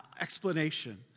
explanation